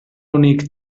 únic